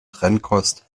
trennkost